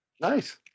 Nice